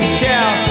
tell